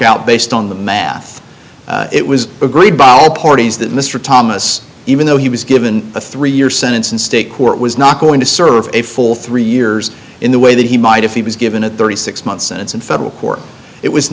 out based on the math it was agreed by all parties that mr thomas even though he was given a three year sentence in state court was not going to serve a full three years in the way that he might if he was given a thirty six months and it's in federal court it was